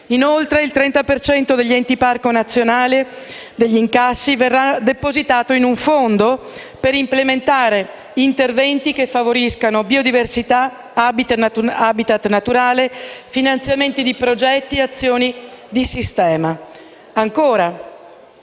degli incassi degli enti parco nazionali verrà depositato in un fondo per implementare interventi che favoriscano biodiversità, habitat naturali, finanziamenti di progetti e azioni di sistema.